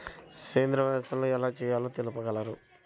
సేంద్రీయ వ్యవసాయం ఎలా చేయాలో తెలుపగలరు?